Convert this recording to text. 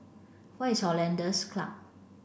where is Hollandse Club